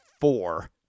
four